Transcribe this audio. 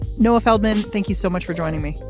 noah feldman, thank you so much for joining me.